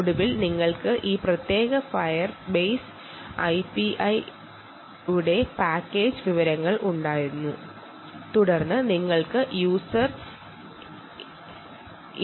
ഒടുവിൽ നിങ്ങൾക്ക് ഈ ഫയർ ബേസ് എപിഐയുടെ പാക്കേജ് വിവരങ്ങൾ നിങ്ങൾക്ക് കിട്ടുന്നു തുടർന്ന് നിങ്ങൾക്ക് യൂസർ ഇന്റർഫേസ് ലഭ്യമാകുന്നു